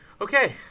Okay